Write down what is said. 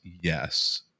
yes